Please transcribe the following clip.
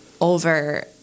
over